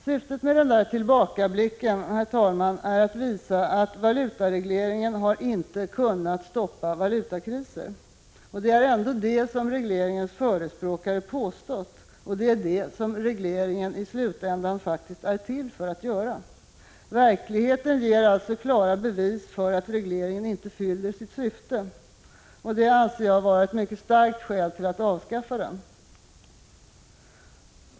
Syftet med denna tillbakablick, herr talman, är att visa att valutaregleringen inte förmått att stoppa valutakriser, och det är det som regleringens förespråkare påstått och det som regleringen i slutänden faktiskt är till för att göra. Verkligheten ger alltså klara bevis för att regleringen inte fyller sitt syfte, och det anser jag vara ett mycket starkt skäl för att avskaffa den.